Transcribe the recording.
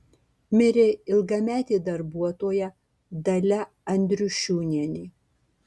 mirė ilgametė darbuotoja dalia andriušiūnienė